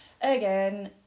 again